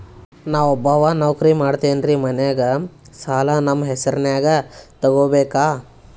ನಾ ಒಬ್ಬವ ನೌಕ್ರಿ ಮಾಡತೆನ್ರಿ ಮನ್ಯಗ ಸಾಲಾ ನಮ್ ಹೆಸ್ರನ್ಯಾಗ ತೊಗೊಬೇಕ?